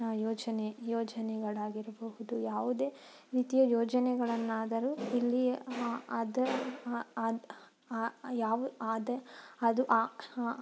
ಯೋಜನೆ ಯೋಜನೆಗಳಾಗಿರಬಹುದು ಯಾವುದೇ ರೀತಿಯ ಯೋಜನೆಗಳನ್ನಾದರೂ ಇಲ್ಲಿ ಅದರ ಅದು ಯಾವ ಆದ ಅದು ಆ